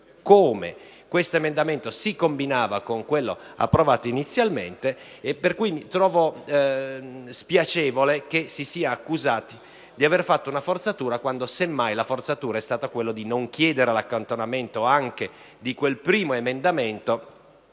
consapevolezza di come si combinava con quello approvato inizialmente. Pertanto, trovo spiacevole essere accusati di aver fatto una forzatura, quando semmai la forzatura è stata quella di non chiedere l'accantonamento anche di quel primo emendamento,